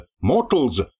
mortals